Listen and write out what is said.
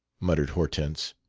muttered hortense.